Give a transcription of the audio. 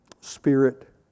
Spirit